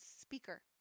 speaker